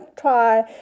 try